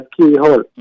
Keyhole